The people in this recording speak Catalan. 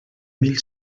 mil